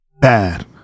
Bad